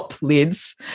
lids